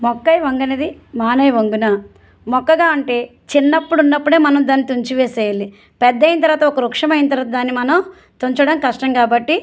మొక్కై వంగనిది మానై వంగునా మొక్కగా అంటే చిన్నప్పుడు ఉన్నప్పుడే మనం దాన్ని తుంచి వేసేయాలి పెద్దయిన తరువాత ఒక వృక్షమైన తరువాత దాన్ని మనం తుంచడం కష్టం కాబట్టి